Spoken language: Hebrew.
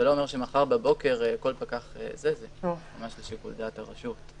זה לא אומר שמחר בבוקר כל פקח --- זה לשיקול דעת הרשות.